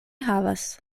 havas